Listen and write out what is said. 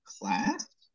class